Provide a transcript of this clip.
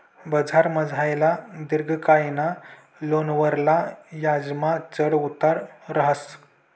बजारमझारला दिर्घकायना लोनवरला याजमा चढ उतार रहास